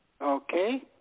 Okay